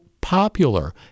popular